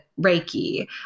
Reiki